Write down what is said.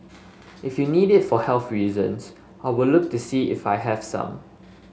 if you need it for health reasons I will look to see if I have some